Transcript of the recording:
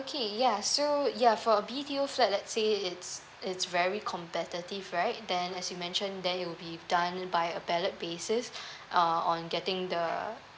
okay ya so ya for a B_T_O flat let say it's it's very competitive right then as you mention then you will be done by a ballot basis uh on getting the